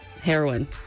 Heroin